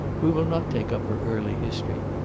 we will not take up her early history.